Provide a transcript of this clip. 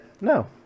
No